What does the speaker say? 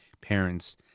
parents